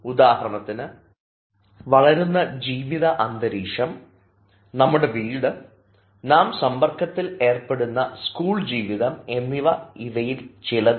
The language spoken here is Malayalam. ഉദാഹരണത്തിന് വളരുന്ന ജീവിത അന്തരീക്ഷം നമ്മുടെ വീട് നാം സമ്പർക്കത്തിൽ ഏർപ്പെടുന്ന സ്കൂൾ ജീവിതം എന്നിവ ഇവയിൽ ചിലതാണ്